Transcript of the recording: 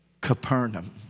Capernaum